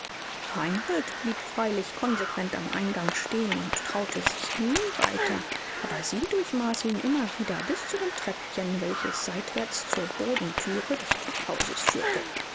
reinhold blieb freilich konsequent am eingang stehen und traute sich nie weiter aber sie durchmaß ihn immer wieder bis zu dem treppchen welches seitwärts zur bodenthüre des packhauses führte